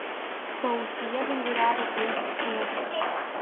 paausyje vinguriavo peisų sruogos